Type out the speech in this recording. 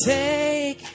take